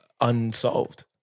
Unsolved